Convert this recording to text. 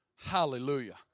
Hallelujah